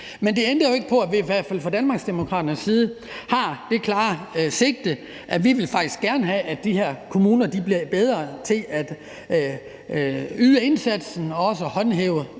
Men det ændrer jo ikke på, at vi i hvert fald fra Danmarksdemokraternes side har det klare sigte og faktisk gerne vil have, at de her kommuner bliver bedre til at yde en indsats og også håndhæve